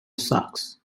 sacs